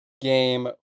game